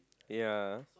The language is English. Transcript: ya